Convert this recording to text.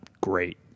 great